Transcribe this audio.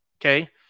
Okay